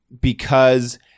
because-